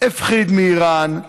הפחיד מאיראן.